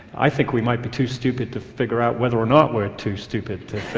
i think we might be too stupid to figure out whether or not we're too stupid to